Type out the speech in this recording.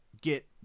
get